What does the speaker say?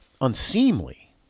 unseemly